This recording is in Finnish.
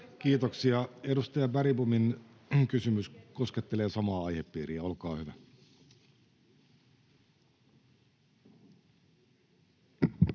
nyt!] Edustaja Bergbomin kysymys koskettelee samaa aihepiiriä. Olkaa hyvä.